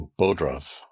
Bodrov